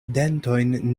dentojn